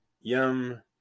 yum